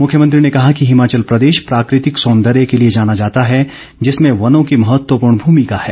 मुख्यमंत्री ने कहा कि हिमाचल प्रदेश प्राकृतिक सौंदर्य के लिए जाना जाता है जिसमें वनों की महत्वपूर्ण भूमिका है